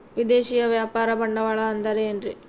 ವಿದೇಶಿಯ ವ್ಯಾಪಾರ ಬಂಡವಾಳ ಅಂದರೆ ಏನ್ರಿ?